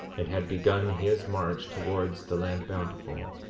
and had begun his march towards the land bountiful,